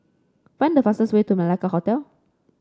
find the fastest way to Malacca Hotel